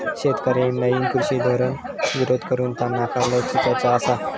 शेतकऱ्यांनी नईन कृषी धोरणाक विरोध करून ता नाकारल्याची चर्चा आसा